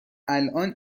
الان